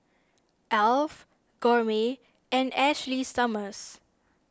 Alf Gourmet and Ashley Summers